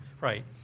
right